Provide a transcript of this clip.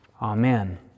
Amen